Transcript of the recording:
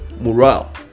morale